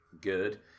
good